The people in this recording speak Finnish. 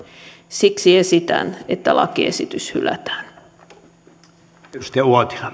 siksi esitän että lakiesitys hylätään